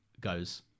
goes